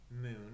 moon